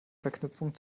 verknüpfung